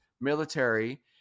military